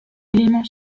éléments